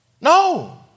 No